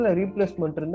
replacement